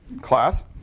class